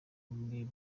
buri